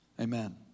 Amen